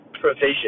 provision